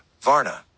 Varna